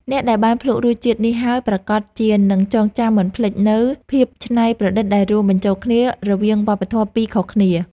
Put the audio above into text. អ្នកដែលបានភ្លក់រសជាតិនេះហើយប្រាកដជានឹងចងចាំមិនភ្លេចនូវភាពច្នៃប្រឌិតដែលរួមបញ្ចូលគ្នារវាងវប្បធម៌ពីរខុសគ្នា។